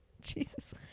jesus